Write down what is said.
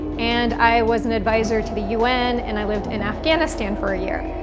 and i was an advisor to the un, and i lived in afghanistan for a year.